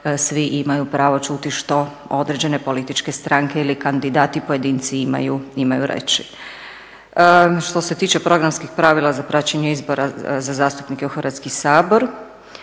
svi imaju pravo čuti što određene političke stranke ili kandidati pojedinci imaju reći. Što se tiče programskih pravila za praćenje izbora za zastupnike u Hrvatski sabor.